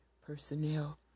personnel